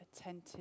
attentive